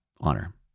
honor